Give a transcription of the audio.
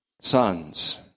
sons